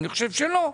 אני חושב שלא.